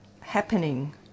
happening